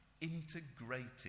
integrated